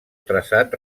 traçat